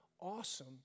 awesome